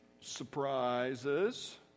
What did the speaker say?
surprises